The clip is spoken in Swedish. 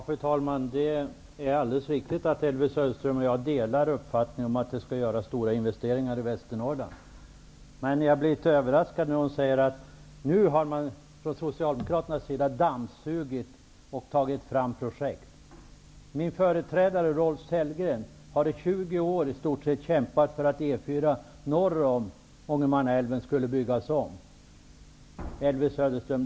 Fru talman! Det är alldeles riktigt att Elvy Söderström och jag delar uppfattningen att det skall investeras stort i Västernorrland. Jag blir emellertid litet överraskad när hon säger att man nu från socialdemokraternas sida har dammsugit och fått fram projekt. Min företrädare Rolf Sellgren har i 20 års tid kämpat för att E 4 norr om Ångermansälven skall byggas om. Elvy Söderström!